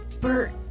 Bert